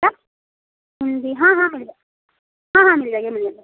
क्या हिन्दी हाँ हाँ मिल जाए हाँ हाँ मिल जाएगा मिल जाएगा